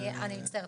אני מצטערת,